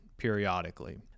periodically